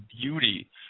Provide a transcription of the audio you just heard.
beauty